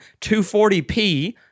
240p